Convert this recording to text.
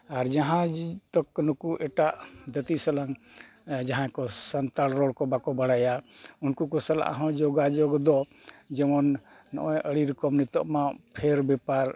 ᱟᱨ ᱡᱟᱦᱟᱸ ᱡᱮ ᱱᱩᱠᱩ ᱮᱴᱟᱜ ᱡᱟᱹᱛᱤ ᱥᱟᱞᱟᱜ ᱡᱟᱦᱟᱸᱭ ᱠᱚ ᱥᱟᱱᱛᱟᱲ ᱨᱚᱲ ᱠᱚ ᱵᱟᱠᱚ ᱵᱟᱲᱟᱭᱟ ᱩᱱᱠᱩ ᱠᱚ ᱥᱟᱞᱟᱜ ᱡᱳᱜᱟᱡᱳᱽ ᱫᱚ ᱡᱮᱢᱚᱱ ᱟᱹᱰᱤ ᱨᱚᱠᱚᱢ ᱱᱤᱛᱚᱜᱢᱟ ᱯᱷᱮᱨ ᱵᱮᱯᱟᱨ